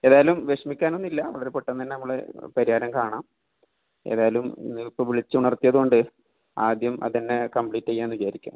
ഏതായാലും വിഷമിക്കാനൊന്നുമില്ല വളരെ പെട്ടെന്നുതന്നെ നമ്മൾ പരിഹാരം കാണാം ഏതായാലും ഇപ്പോൾ വിളിച്ചുണർത്തിയതുകൊണ്ട് ആദ്യം അതുതന്നെ കമ്പ്ലീറ്റ് ചെയ്യാം എന്ന് വിചാരിക്കാം